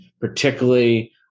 particularly